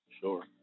Sure